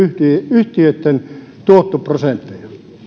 yhtiöitten tuottoprosentteja